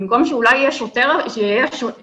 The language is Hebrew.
במקום שאולי יהיה אפילו רופא,